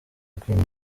kwima